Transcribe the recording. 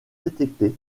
détectées